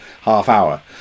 half-hour